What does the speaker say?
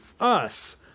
us